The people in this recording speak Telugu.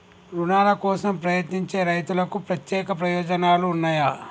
రుణాల కోసం ప్రయత్నించే రైతులకు ప్రత్యేక ప్రయోజనాలు ఉన్నయా?